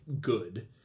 good